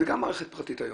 זו גם מערכת פרטית היום,